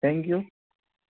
thank you